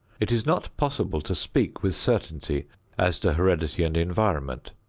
it is not possible to speak with certainty as to heredity and environment.